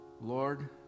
Lord